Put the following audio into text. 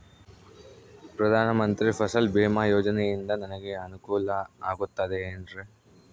ಪ್ರಧಾನ ಮಂತ್ರಿ ಫಸಲ್ ಭೇಮಾ ಯೋಜನೆಯಿಂದ ನನಗೆ ಅನುಕೂಲ ಆಗುತ್ತದೆ ಎನ್ರಿ?